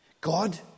God